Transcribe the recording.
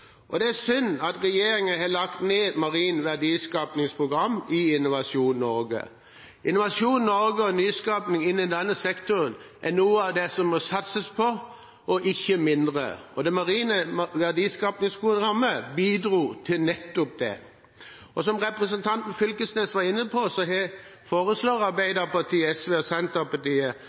Det er synd at regjeringen har lagt ned Marint verdiskapingsprogram i Innovasjon Norge. Innovasjon Norge og nyskaping innen denne sektoren er noe av det som må satses på – og ikke mindre. Det marine verdiskapingsprogrammet bidro til nettopp det. Som representanten Knag Fylkesnes var inne på, foreslår Arbeiderpartiet, SV og Senterpartiet